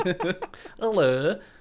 hello